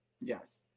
Yes